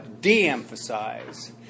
de-emphasize